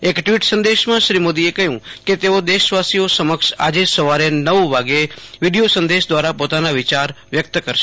એક ટવીટ સંદેશમાં શ્રી મોદીએ કહયું કે તેઓ દશવાસીઓ સમક્ષ આજે સવારે નવ વાગ્યે વિડી યો સંદશ દવારા પોતાના વિચાર વ્યકત કરશે